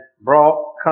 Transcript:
brought